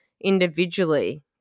individually